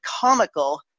comical